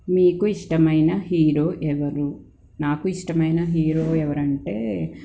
నీకు ఇష్టమైన హీరో ఎవరు నాకు ఇష్టమైన హీరో ఎవరంటే